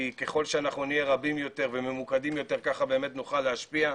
כי ככל שאנחנו נהיה רבים יותר וממוקדים יותר כך נוכל להשפיע.